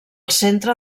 centre